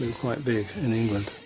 quite big in england.